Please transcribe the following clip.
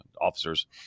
officers